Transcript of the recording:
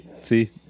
See